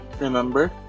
Remember